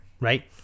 Right